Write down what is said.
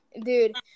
dude